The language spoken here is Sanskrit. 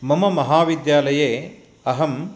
मम महाविद्यालये अहं